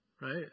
right